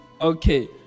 Okay